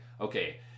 okay